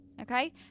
Okay